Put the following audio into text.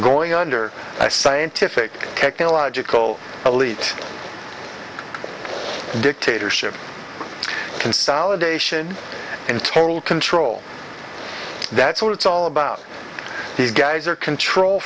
going under scientific technological elite dictatorship consolidation and total control that's what it's all about these guys are control